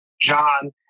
John